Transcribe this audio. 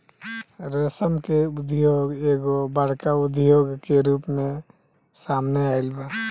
रेशम के उद्योग एगो बड़का उद्योग के रूप में सामने आइल बा